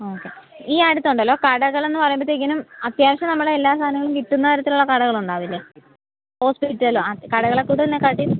okay ഈ അടുത്തുണ്ടല്ലോ കടകളെന്ന് പറയുമ്പത്തേക്കിനും അത്യാവശ്യം നമ്മുടെ എല്ലാ സാധനങ്ങളും കിട്ടുന്ന താരത്തിലുള്ള കടകളുണ്ടാവില്ലേ ഹോസ്പിറ്റലോ ആ കടകളെ കൂടുതലിനെ കാട്ടിയും